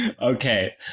Okay